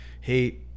hey